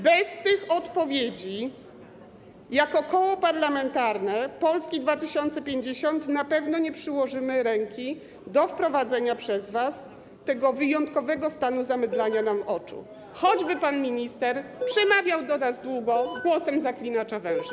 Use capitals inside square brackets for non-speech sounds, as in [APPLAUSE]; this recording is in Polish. Bez tych odpowiedzi jako Koło Parlamentarne Polska 2050 na pewno nie przyłożymy ręki do wprowadzenia przez was tego wyjątkowego stanu zamydlania [NOISE] nam oczu, choćby pan minister przemawiał do nas długo głosem zaklinacza węży.